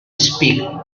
speak